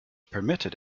permitted